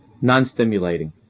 non-stimulating